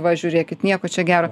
va žiūrėkit nieko čia gero